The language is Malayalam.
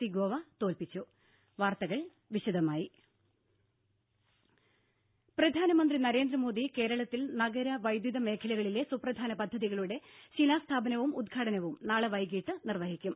സി ഗോവ തോൽപ്പിച്ചു വാർത്തകൾ വിശദമായി പ്രധാനമന്ത്രി നരേന്ദ്രമോദി കേരളത്തിൽ നഗര വൈദ്യുതി മേഖലകളിലെ സുപ്രധാന പദ്ധതികളുടെ ശിലാസ്ഥാപനവും ഉദ്ഘാടനവും നാളെ വൈകീട്ട് നിർവഹിക്കും